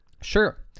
Sure